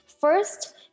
First